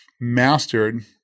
mastered